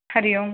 Hari Om